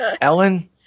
Ellen